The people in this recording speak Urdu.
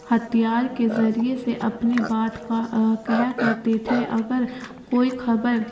ہتیار کے ذریعے سے اپنی بات کا کہا کرتے تھے اگر کوئی کھبر